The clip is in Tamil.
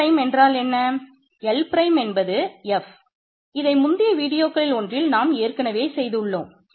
L prime